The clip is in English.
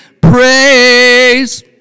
praise